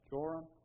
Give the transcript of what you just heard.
Joram